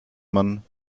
man